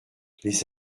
les